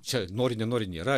čia nori nenori nėra